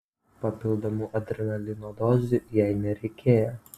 papildomų adrenalino dozių jai nereikėjo